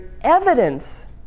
evidence